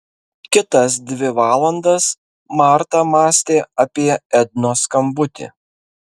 kitas dvi valandas marta mąstė apie ednos skambutį